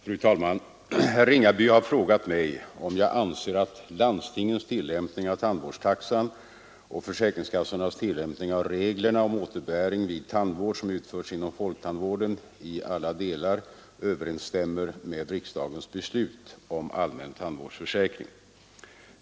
Fru talman! Herr Ringaby har frågat mig, om jag anser att landstingens tillämpning av tandvårdstaxan och försäkringskassornas tillämpning av reglerna om återbäring vid tandvård som utförts inom folktandvården i alla delar överensstämmer med riksdagens beslut om allmän tandvårdsförsäkring.